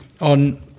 on